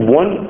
one